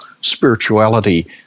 spirituality